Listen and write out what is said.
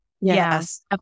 Yes